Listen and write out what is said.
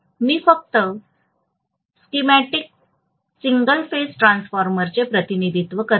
मी फक्त schematic single phase ट्रान्सफॉर्मरचे प्रतिनिधित्व करते